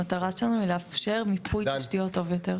המטרה שלנו היא לאפשר מיפוי תשתיות טוב יותר.